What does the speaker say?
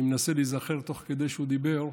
אני מנסה להיזכר תוך כדי שהוא דיבר,